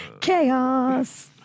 Chaos